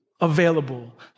available